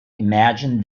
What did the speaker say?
imagine